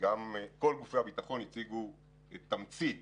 כל גופי הביטחון הציגו את תמצית